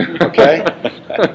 Okay